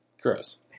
Gross